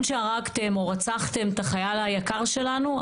שהרגתם או רצחתם את החייל היקר שלנו,